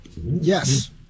Yes